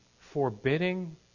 forbidding